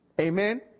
Amen